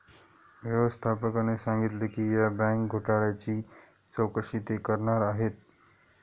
व्यवस्थापकाने सांगितले की या बँक घोटाळ्याची चौकशी ते करणार आहेत